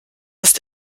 ist